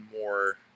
more